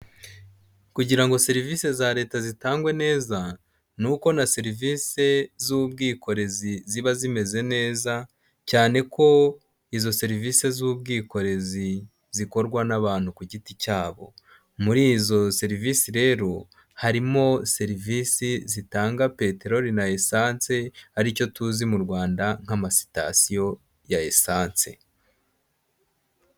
Kugira ngo serivisi za leta zitangwe neza, ni uko na serivisi z'ubwikorezi ziba zimeze neza, cyane ko izo serivisi z'ubwikorezi zikorwa n'abantu ku giti cyabo. Muri izo serivisi rero, harimo serivisi zitanga peteroli na esanse, ari cyo tuzi mu Rwanda nk'amasitasiyo ya esanse.